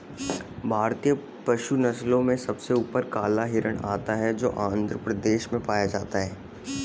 भारतीय पशु नस्लों में सबसे ऊपर काला हिरण आता है जो आंध्र प्रदेश में पाया जाता है